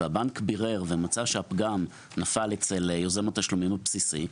והבנק בירר ומצא שהפגם נפל אצל יוזם התשלומים הבסיסי,